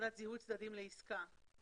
מבחינת זיהוי צדדים לעסקה.